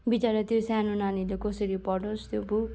बिचारा त्यो सानो नानीले कसरी पढोस् त्यो बुक